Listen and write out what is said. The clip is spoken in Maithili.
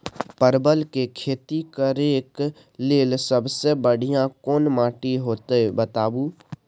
परवल के खेती करेक लैल सबसे बढ़िया कोन माटी होते बताबू?